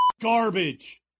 garbage